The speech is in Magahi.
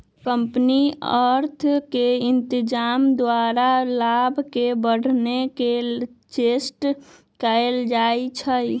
कंपनी अर्थ के इत्जाम द्वारा लाभ के बढ़ाने के चेष्टा कयल जाइ छइ